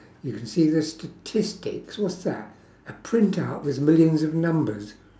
you can see the statistics what's that a printout with millions of numbers